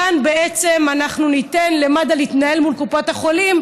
כאן אנחנו ניתן למד"א להתנהל מול קופות החולים,